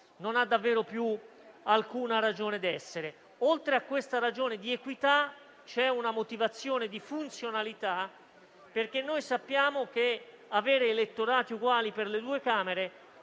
non ha davvero più alcuna ragione d'essere. Oltre a questa ragione di equità, c'è una motivazione di funzionalità, perché sappiamo che avere elettorati uguali per le due Camere